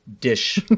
dish